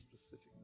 specific